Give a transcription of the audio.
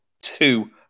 two